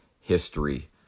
History